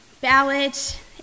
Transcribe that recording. ballot